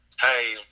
hey